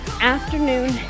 afternoon